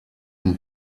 and